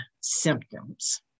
symptoms